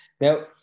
Now